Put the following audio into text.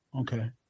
Okay